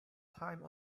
time